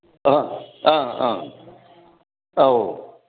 ꯑ ꯑ ꯑ ꯑꯧ